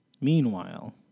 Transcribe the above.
meanwhile